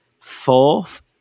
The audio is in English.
Fourth